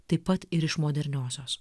taip pat ir iš moderniosios